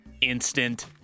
instant